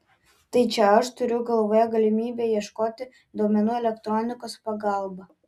tai čia aš turiu galvoje galimybę ieškoti duomenų elektronikos pagalba